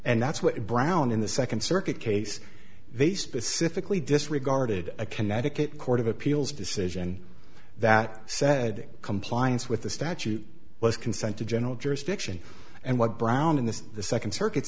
and that's what brown in the second circuit case they specifically disregarded a connecticut court of appeals decision that said compliance with the statute was consent to general jurisdiction and what brown in the second circuit